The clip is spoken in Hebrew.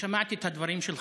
שמעתי את הדברים של חבריי.